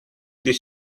this